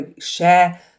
share